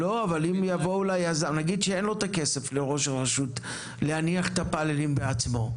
אבל נגיד שלראש הרשות אין את הכסף להניח את הפאנלים בעצמו.